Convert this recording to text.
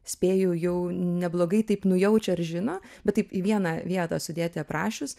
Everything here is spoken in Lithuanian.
spėju jau neblogai taip nujaučia ar žino bet taip į vieną vietą sudėti aprašius